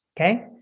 okay